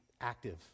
active